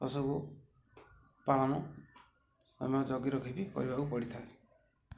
ଏସବୁ ପାଳନ ଜଗି ରଖି ବିି କରିବାକୁ ପଡ଼ିଥାଏ